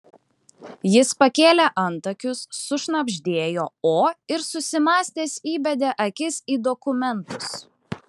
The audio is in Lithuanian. jis pakėlė antakius sušnabždėjo o ir susimąstęs įbedė akis į dokumentus